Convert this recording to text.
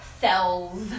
cells